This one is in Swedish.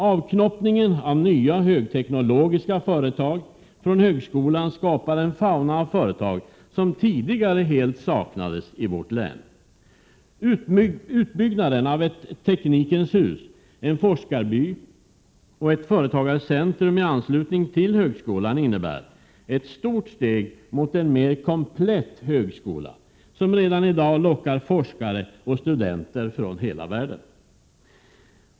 Avknoppningen av nya högteknologiska företag från högskolan skapar en fauna av företag, som tidigare helt saknades i vårt län. Utbyggnaden av ett Teknikens hus, en forskarby och ett företagarcentrum i anslutning till högskolan innebär ett stort steg mot en mer komplett högskola, som redan i dag lockar forskare och studenter från hela världen.